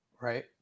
Right